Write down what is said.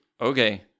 Okay